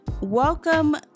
welcome